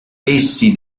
essi